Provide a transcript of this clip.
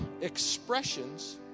expressions